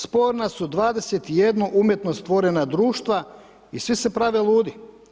Sporna su 21 umjetno stvorena društva i svi se prave ludi.